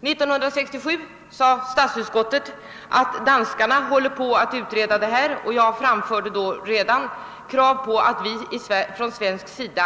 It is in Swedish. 1967 påpekade statsutskottet att danskarna håller på att utreda denna fråga, och jag framförde redan då krav på att vi från svensk sida